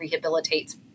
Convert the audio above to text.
rehabilitates